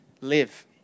live